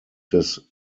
des